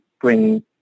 bring